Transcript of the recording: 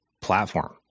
platform